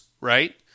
right